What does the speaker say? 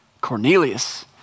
Cornelius